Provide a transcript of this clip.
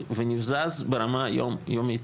ונבזז ברמה יומיומית.